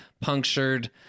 punctured